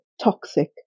toxic